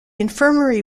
infirmary